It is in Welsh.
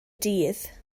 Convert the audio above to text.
dydd